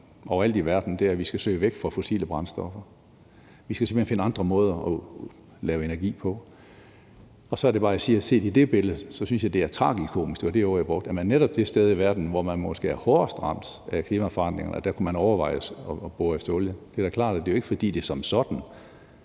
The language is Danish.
overalt i verden, er, at vi skal søge væk fra fossile brændstoffer. Vi skal simpelt hen finde andre måder at lave energi på. Og så er det bare, jeg siger: Set i det billede synes jeg det er tragikomisk – det var det ord, jeg brugte – at man netop det sted i verden, hvor man måske er hårdest ramt af klimaforandringerne, overvejer at bore efter olie. Det er da klart, at det jo ikke er, fordi det som sådan,